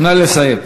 נא לסיים.